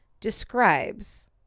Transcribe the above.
describes